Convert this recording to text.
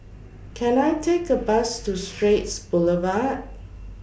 Can I Take A Bus to Straits Boulevard